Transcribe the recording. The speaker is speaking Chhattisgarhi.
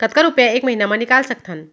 कतका रुपिया एक महीना म निकाल सकथन?